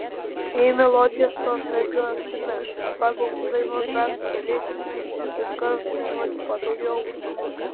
jei melodiją solfedžiuosime pagal dainos raktą galėsime iš karto dainuoti patogiu aukštumu